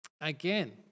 again